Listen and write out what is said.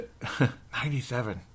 97